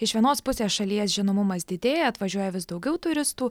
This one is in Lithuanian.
iš vienos pusės šalies žinomumas didėja atvažiuoja vis daugiau turistų